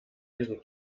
diesem